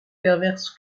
perverse